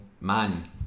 man